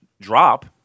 drop